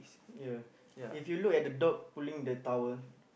ya if you look at the dog pulling the towel